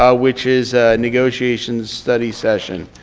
ah which is negotiation study session.